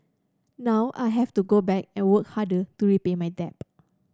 now I have to go back and work harder to repay my debt